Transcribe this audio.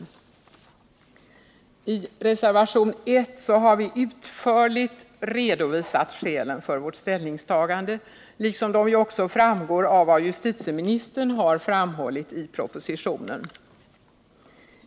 I reservationen 1 har vi utförligt redovisat skälen för vårt ställningstagande liksom de också framgår av vad justitieministern har framhållit i propositionen.